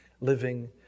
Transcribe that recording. living